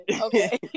Okay